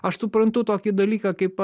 aš suprantu tokį dalyką kaip